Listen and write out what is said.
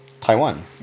Taiwan